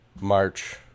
March